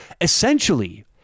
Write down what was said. essentially